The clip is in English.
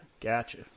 Gotcha